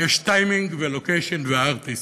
יש timing, location ו-artist.